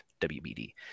WBD